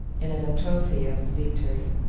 and as a trophy of his victory.